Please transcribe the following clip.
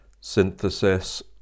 synthesis